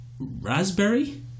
Raspberry